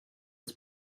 its